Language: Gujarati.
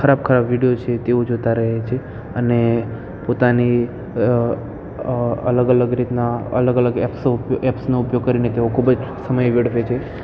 ખરાબ ખરાબ વિડીયો છે તેઓ જોતાં રહે છે અને પોતાની અલગ અલગ રીતના અલગ અલગ એપ્સનો ઉપયોગ કરીને તેઓ ખૂબ જ સમય વેડફે છે